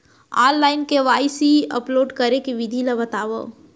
Online KYC upload करे के विधि ला बतावव?